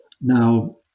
Now